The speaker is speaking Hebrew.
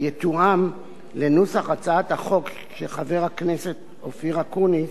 יתואם עם נוסח הצעת החוק של חבר הכנסת אופיר אקוניס,